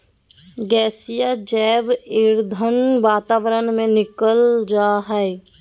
गैसीय जैव ईंधन वातावरण में निकल जा हइ